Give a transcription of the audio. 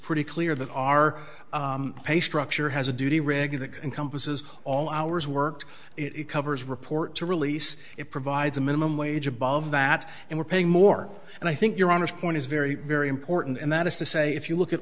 pretty clear that our pay structure has a duty regular encompasses all hours worked it covers report to release it provides a minimum wage above that and we're paying more and i think you're honest point is very very important and that is to say if you look at